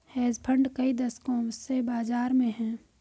hedge fund कई दशकों से बाज़ार में हैं